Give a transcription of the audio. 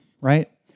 right